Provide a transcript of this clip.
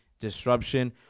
disruption